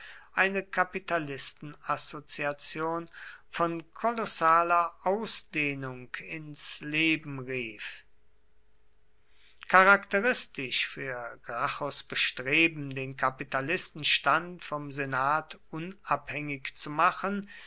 eine kapitalistenassoziation von kolossaler ausdehnung ins leben rief charakteristisch für gracchus bestreben den kapitalistenstand vom senat unabhängig zu machen